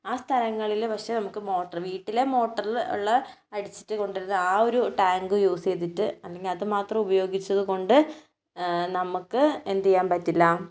ആ സ്ഥലങ്ങളിൽ പക്ഷേ നമുക്ക് മോട്ടർ വീട്ടിലെ മോട്ടറിൽ ഉള്ള അടിച്ചിട്ട് കൊണ്ടുള്ള ആ ഒരു ടാങ്ക് യൂസ് ചെയ്തിട്ട് അല്ലെങ്കിൽ അത് മാത്രം ഉപയോഗിച്ചതുകൊണ്ട് നമുക്ക് എന്തു ചെയ്യാൻ പറ്റില്ല